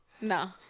No